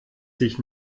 sich